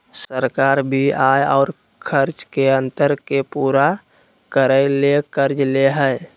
सरकार भी आय और खर्च के अंतर के पूरा करय ले कर्ज ले हइ